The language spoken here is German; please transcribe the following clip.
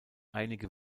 einige